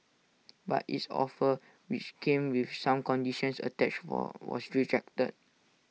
but its offer which came with some conditions attached were was rejected